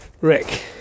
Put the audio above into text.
Rick